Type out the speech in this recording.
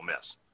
miss